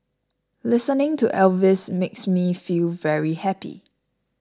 listening to Elvis makes me feel very happy